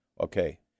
Okay